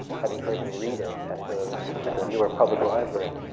having heard him read it at the newark public library.